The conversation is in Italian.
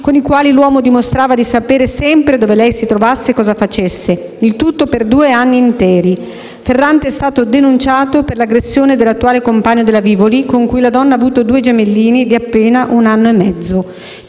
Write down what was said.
con i quali l'uomo dimostrava di sapere sempre dove lei si trovasse e cosa facesse; il tutto per due anni interi; pare che Ferrante abbia anche aggredito l'attuale compagno della Vivoli, con cui la donna ha avuto due gemellini di appena un anno e mezzo;